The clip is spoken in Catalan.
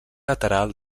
lateral